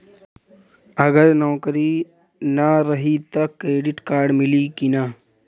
अगर नौकरीन रही त क्रेडिट कार्ड मिली कि ना?